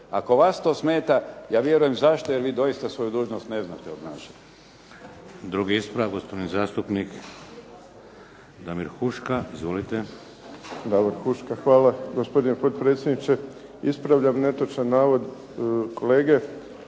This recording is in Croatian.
Ako vas to smeta, ja vjerujem zašto jer vi doista svoju dužnost ne znate obnašati.